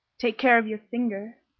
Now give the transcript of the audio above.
take care of your finger,